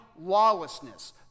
lawlessness